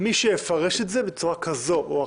מי שיפרש את זה בצורה כזו או אחרת,